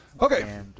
Okay